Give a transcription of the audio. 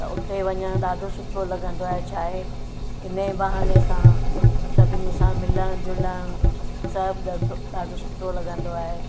त उते वञणु ॾाढो सुठो लॻंदो आहे छा आहे हिन ई बहाने असां सभिनी सां मिलणु झुलणु सभु ड डो ॾाढो सुठो लॻंदो आहे